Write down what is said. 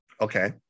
okay